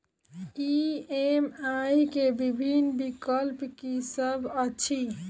EMI केँ विभिन्न विकल्प की सब अछि